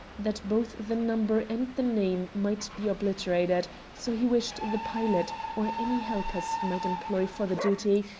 that both the number and the name might be obliterated, so he wished the pilot, or any helpers he might employ for the duty,